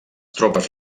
tropes